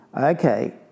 okay